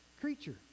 creature